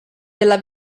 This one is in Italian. della